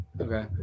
Okay